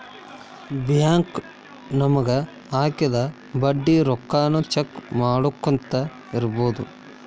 bank ನಮಗ ಹಾಕಿದ ಬಡ್ಡಿ ರೊಕ್ಕಾನ ಚೆಕ್ ಮಾಡ್ಕೊತ್ ಇರ್ಬೊದು